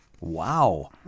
wow